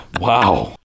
Wow